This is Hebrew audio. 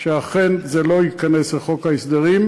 שאכן זה לא ייכנס לחוק ההסדרים,